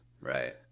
Right